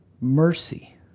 mercy